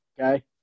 Okay